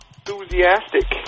enthusiastic